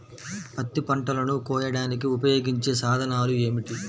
పత్తి పంటలను కోయడానికి ఉపయోగించే సాధనాలు ఏమిటీ?